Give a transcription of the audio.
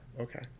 okay